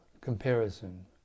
comparison